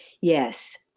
Yes